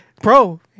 Bro